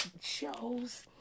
shows